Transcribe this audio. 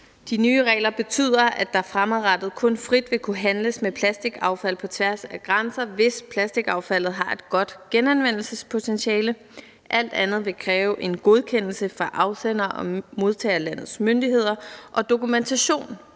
De nye regler betyder, at der fremadrettet kun frit vil kunne handles med plastikaffald på tværs af grænser, hvis plastikaffaldet har et godt genanvendespotentiale. Alt andet vil kræve en godkendelse fra afsender- og modtagerlandets myndigheder og dokumentation